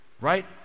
right